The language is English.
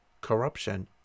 corruption